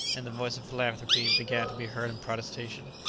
and the voice of philanthropy began to be heard in protestation,